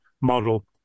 model